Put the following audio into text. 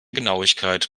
genauigkeit